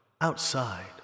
Outside